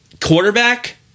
Quarterback